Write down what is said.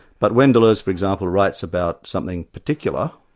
but when deleuze, for example, writes about something particular,